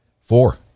Four